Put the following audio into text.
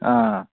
ꯑꯥ